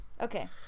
Okay